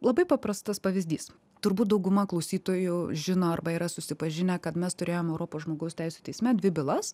labai paprastas pavyzdys turbūt dauguma klausytojų žino arba yra susipažinę kad mes turėjom europos žmogaus teisių teisme dvi bylas